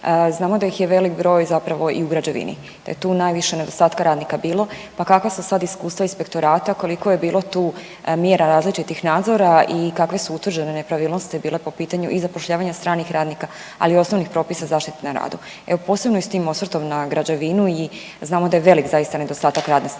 Znamo da ih je velik broj zapravo i u građevini, da je tu najviše nedostataka radnika bilo pa kakva su sada iskustva Inspektorata? Koliko je bilo tu mjera različitih nadzora i kakve su utvrđene nepravilnosti bile po pitanju i zapošljavanju stranih radnika, ali osnovnih propisa zaštite na radu? Evo posebno i s tim osvrtom na građevinu i znamo da je velik zaista nedostatak radne